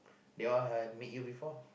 they all have meet you before